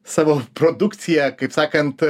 savo produkciją kaip sakant